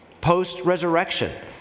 post-resurrection